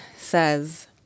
says